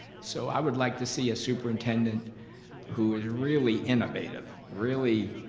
so i would like to see a superintendent who is really innovative, really